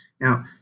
Now